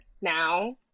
now